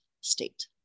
state